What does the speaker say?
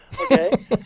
okay